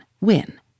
win